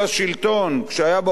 כשהיה באופוזיציה,